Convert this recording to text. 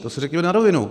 To si řekněme na rovinu.